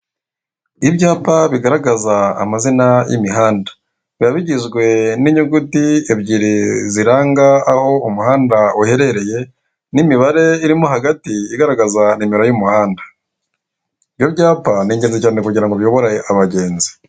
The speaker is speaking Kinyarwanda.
Ibyapa bigaragaza amazina y'imihanda. Biba bigizwe n'inyuguti ebyiri ziranga aho umuhanda uherereye, n'imibare irimo hagati, igaragaza nimero y'umuhanda. Ibyo byapa ni ingezi cyane kugira ngo biyobore abagenzi.